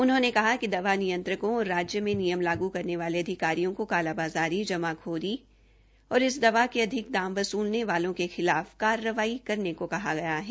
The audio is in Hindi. उन्होंने कहा कि दवा नियंत्रकों और राज्य में नियम लागू करने वाले अधिकारियों को कालाबाज़ारी जमाखोरी और रेमडेसिविर के अधिक दाम वसूलने वालों के खिलाफ कार्रवाई करने को कहा गया है